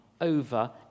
over